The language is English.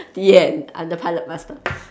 the end I'm the pilot master